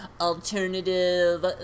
alternative